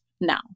now